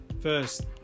first